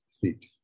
feet